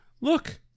look